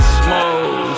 smoke